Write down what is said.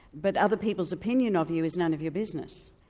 but other people's opinion of you is none of your business.